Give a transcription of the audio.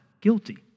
guilty